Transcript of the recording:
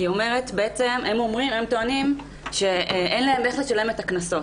הם טוענים שאין להם איך לשלם את הקנסות,